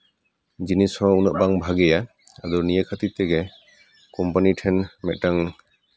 ᱡᱤᱱᱤᱥ ᱦᱚᱸ ᱩᱱᱟᱹᱜ ᱵᱟᱝ ᱵᱷᱟᱜᱮᱭᱟ ᱟᱫᱚ ᱱᱤᱭᱟᱹ ᱠᱷᱟᱹᱛᱤᱨ ᱛᱮᱜᱮ ᱠᱳᱢᱯᱟᱱᱤ ᱴᱷᱮᱱ ᱢᱤᱫᱴᱟᱱ